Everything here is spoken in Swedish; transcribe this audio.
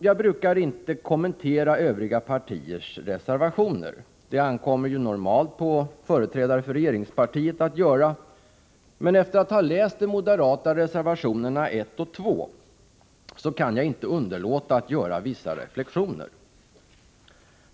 Jag brukar inte kommentera övriga partiers reservationer. Det ankommer ju normalt på företrädare för regeringspartiet att göra det, men efter att ha läst de moderata reservationerna 1 och 2 kan jag inte underlåta att göra vissa reflexioner.